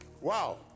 wow